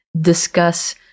discuss